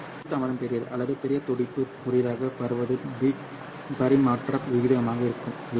குழு தாமதம் பெரியது அல்லது பெரிய துடிப்பு குறுகியதாக பரவுவது பிட் பரிமாற்ற விகிதமாக இருக்கும் இல்லையா